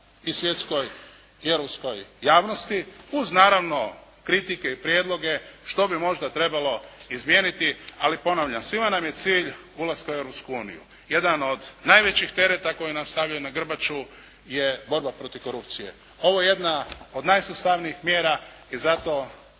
i svjetskoj i europskoj javnosti uz naravno kritike i prijedloge što bi možda trebalo izmijeniti. Ali ponavljam, svima nam je cilj ulazak u Europsku uniju. Jedan od najvećih tereta koji nam stavljaju na grbaču je borba protiv korupcije. Ovo je jedna od najsustavnijih mjera i zato